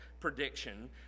prediction